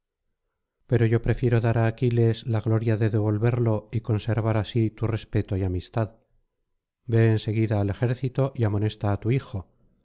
pero yo prefiero dar á aquiles la gloria de devolverlo y conservar así tu respeto y amistad ve en seguida al ejército y amonesta á tu hijo